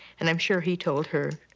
and i'm sure he told her